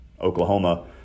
Oklahoma